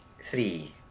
Three